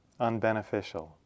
unbeneficial